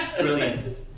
brilliant